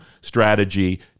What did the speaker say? strategy